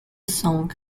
song